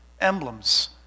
emblems